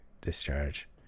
discharge